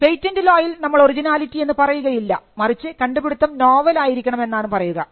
patent ലോയിൽ നമ്മൾ originality എന്ന് പറയുകയില്ല മറിച്ച് കണ്ടുപിടിത്തം നോവൽ ആയിരിക്കണം എന്നാണ് പറയുക